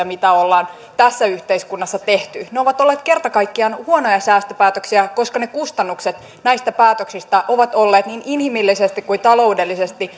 mitä ollaan tässä yhteiskunnassa tehty ne ovat olleet kerta kaikkiaan huonoja säästöpäätöksiä koska ne kustannukset näistä päätöksistä ovat olleet niin inhimillisesti kuin taloudellisesti